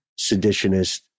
seditionist